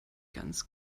ganz